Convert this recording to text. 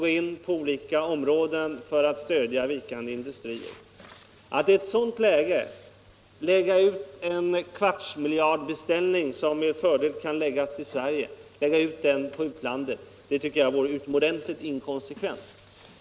Att i ett sådant 31 läge gå till utlandet med en kvartsmiljardbeställning, som med fördel kan läggas ut i Sverige, tycker jag vore utomordentligt inkonsekvent.